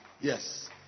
Yes